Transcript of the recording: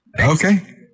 Okay